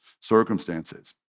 circumstances